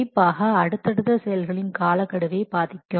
கண்டிப்பாக அடுத்தடுத்த செயல்களின் காலக்கெடுவை பாதிக்கும்